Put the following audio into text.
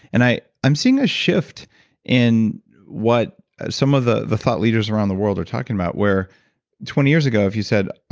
and i'm seeing a shift in what some of the the thought leaders around the world are talking about where twenty years ago if you said,